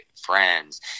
friends